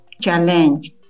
challenge